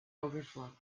overflow